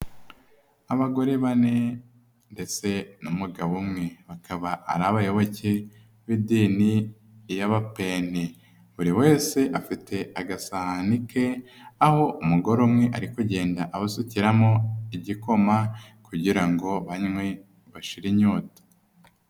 Abagore bane ndetse n'umugabo umwe, bakaba ari abayoboke b'idini y'Abapenti, buri wese afite agasahani ke, aho umugore umwe ari kugenda abasukiramo igikoma kugira ngo banywe, bashire inyota.